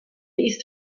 ist